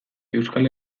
euskal